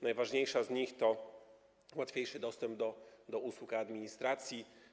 Najważniejsze z nich to łatwiejszy dostęp do usług administracji.